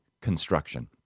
construction